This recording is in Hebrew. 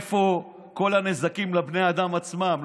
איפה כל הנזקים לבני האדם עצמם,